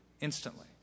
Instantly